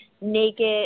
naked